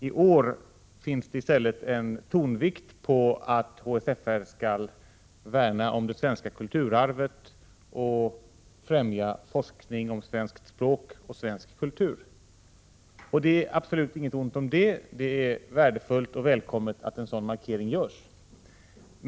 I år läggs tonvikten i stället på att HSFR skall värna om det svenska kulturarvet och främja forskning om svenskt språk och svensk kultur. Det är absolut inget ont i det — det är värdefullt och välkommet att en sådan markering görs.